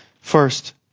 first